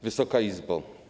Wysoka Izbo!